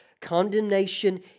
Condemnation